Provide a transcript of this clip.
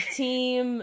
team –